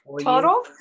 Total